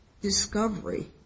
discovery